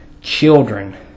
children